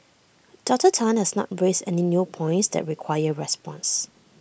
Doctor Tan has not raised any new points that require response